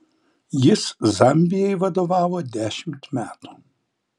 jis zambijai vadovavo dešimt metų